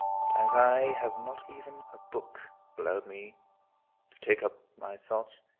but as i have not even a book allowed me to take up my thoughts,